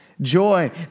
joy